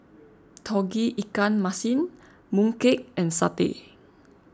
Tauge Ikan Masin Mooncake and Satay